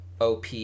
OP